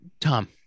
Tom